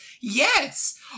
Yes